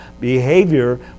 behavior